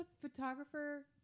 photographer